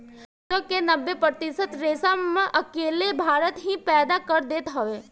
विश्व के नब्बे प्रतिशत रेशम अकेले भारत ही पैदा कर देत हवे